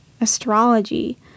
astrology